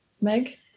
Meg